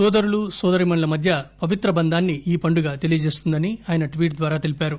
నోదరులు నోదరీమణుల మధ్య పవిత్ర బంధాన్ని ఈపండుగ తెలియజేస్తుందని ఆయన ట్వీట్ ద్వారా తెలిపారు